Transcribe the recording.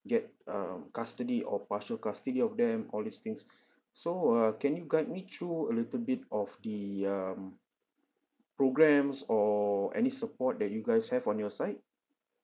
get um custody or partial custody of them all these things so uh can you guide me through a little bit of the um programmes or any support that you guys have on your side